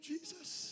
Jesus